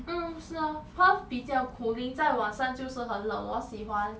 mm 是 lor perth 比较 cooling 晚上就是很冷我喜欢